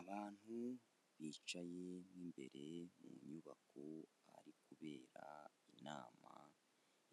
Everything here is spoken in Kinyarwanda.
Abantu bicaye mo imbere mu nyubako ahari kubera inama,